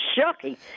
Shocking